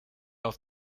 auf